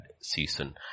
season